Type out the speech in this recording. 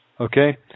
Okay